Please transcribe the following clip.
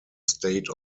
state